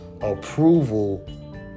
approval